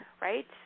right